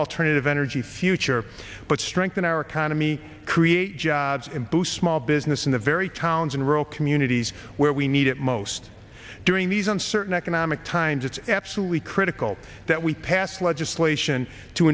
alternative energy future but strengthen our economy create jobs and boost small business in the very towns and rural communities where we need it most during these uncertain economic times it's absolutely critical that we pass legislation to